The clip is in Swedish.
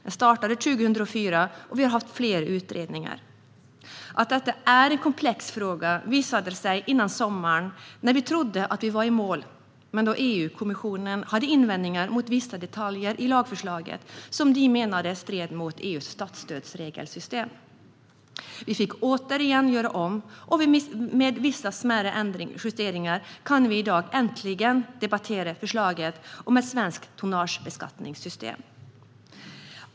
Den startade 2004, och vi har haft flera utredningar. Att detta är en komplex fråga visade sig före sommaren, när vi trodde att vi var i mål men då EU-kommissionen hade invändningar mot vissa detaljer i lagförslaget som de menade stred mot EU:s statsstödsregelsystem. Vi fick återigen göra om, och med vissa smärre justeringar kan vi i dag äntligen debattera förslaget om ett svenskt tonnagebeskattningssystem.